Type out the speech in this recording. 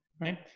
right